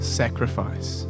sacrifice